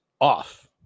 off